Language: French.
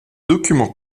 documents